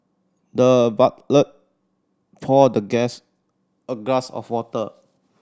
the butler poured the guest a glass of water